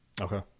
Okay